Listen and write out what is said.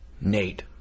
Nate